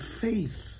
faith